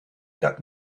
that